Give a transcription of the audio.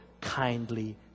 kindly